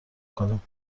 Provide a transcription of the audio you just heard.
کنیم